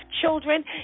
children